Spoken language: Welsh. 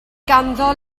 ganddo